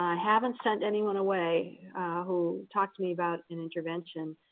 haven't sent anyone away who talked to me about an intervention.